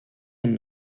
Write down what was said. and